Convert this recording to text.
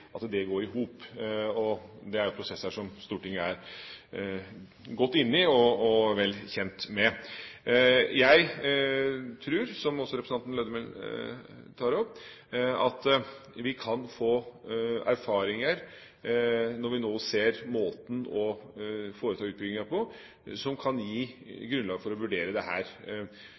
går i hop. Det er prosesser som Stortinget er godt inne i og vel kjent med. Jeg tror, som også representanten Lødemel tar opp, at vi kan få erfaringer når vi nå ser måten å foreta utbygginger på, som kan gi grunnlag for å vurdere